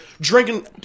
drinking